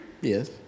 Yes